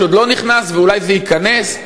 שעוד לא נכנס ואולי זה ייכנס?